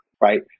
Right